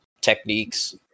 techniques